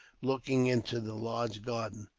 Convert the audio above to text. looking into the large garden.